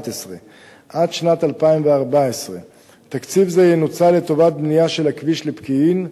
2014. תקציב זה ינוצל לטובת בנייה של הכביש לפקיעין,